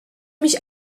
mich